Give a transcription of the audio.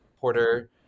Porter